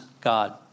God